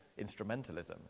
instrumentalism